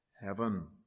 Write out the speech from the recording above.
heaven